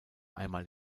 einmal